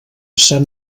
sant